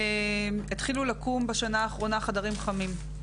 התחילו לקום בשנה האחרונה חדרים חמים.